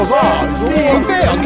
okay